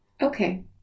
Okay